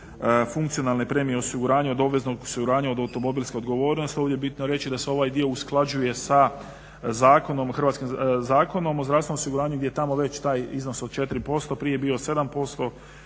funkcionalne premije osiguranja od obveznog osiguranja od automobilske odgovornosti. Ovdje je bitno reći da se ovaj dio usklađuje sa Zakonom o zdravstvenom osiguranju gdje je tamo već taj iznos od 4%, prije je bio 7%,